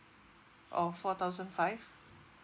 or four thousand five